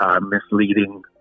misleading